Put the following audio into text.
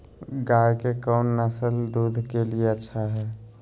गाय के कौन नसल दूध के लिए अच्छा है?